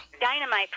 Dynamite